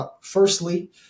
Firstly